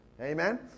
Amen